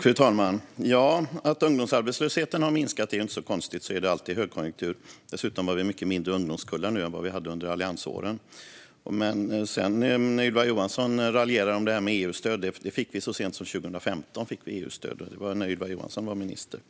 Fru talman! Att ungdomsarbetslösheten har minskat är inte konstigt. Så är det alltid i högkonjunktur. Dessutom är det mycket mindre ungdomskullar nu än vad det var under alliansåren. Ylva Johansson raljerar om EU-stöd. Det fick vi så sent som 2015. Det var när Ylva Johansson var minister.